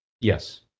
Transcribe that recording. Yes